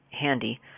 handy